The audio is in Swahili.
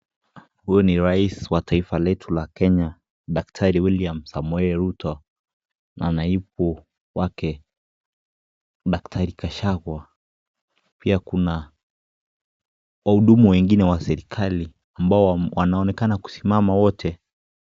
Huyu ni Rais wa taifa letu la Kenya daktari William Samoei Ruto na naibu wake daktari gachagua, pia kuna wahudumu wengine wa serikali ambao wanaonekana kusimama wote.